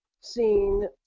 seen